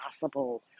possible